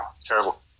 terrible